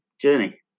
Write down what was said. journey